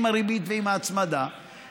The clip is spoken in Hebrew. עם הריבית ועם ההצמדה,